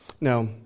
Now